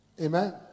Amen